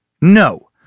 No